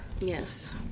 Yes